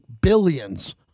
billions